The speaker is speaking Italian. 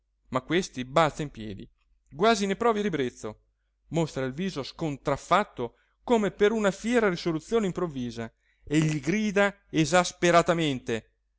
ma questi balza in piedi quasi ne provi ribrezzo mostra il viso scontraffatto come per una fiera risoluzione improvvisa e gli grida esasperatamente